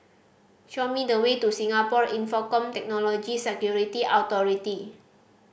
show me the way to Singapore Infocomm Technology Security Authority